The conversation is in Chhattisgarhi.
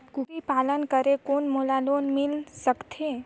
कूकरी पालन करे कौन मोला लोन मिल सकथे?